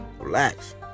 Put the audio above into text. Relax